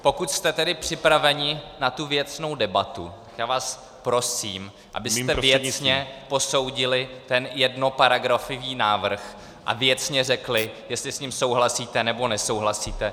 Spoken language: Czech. Pokud jste tedy připraveni na tu věcnou debatu, já vás prosím , abyste věcně posoudili ten jednoparagrafový návrh a věcně řekli, jestli s ním souhlasíte, nebo nesouhlasíte.